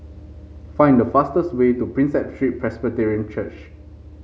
find the fastest way to Prinsep Street Presbyterian Church